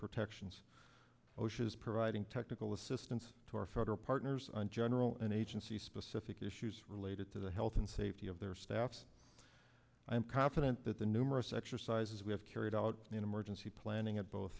protections osha is providing technical assistance to our federal partners in general and agency specific issues related to the health and safety of their staffs i'm confident that the numerous exercises we have carried out in emergency planning at both